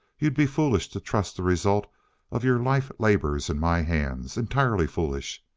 you'd be foolish to trust the result of your life labors in my hands entirely foolish.